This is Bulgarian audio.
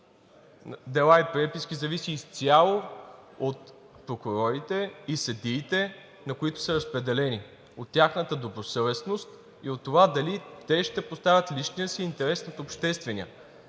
дела и преписки, от прокурорите и съдите, на които са разпределени, от тяхната добросъвестност и от това дали те ще поставят личния си интерес над обществения.